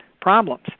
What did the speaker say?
problems